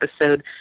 episode